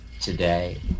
today